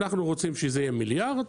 שאנחנו רוצים שזה יהיה מיליארד.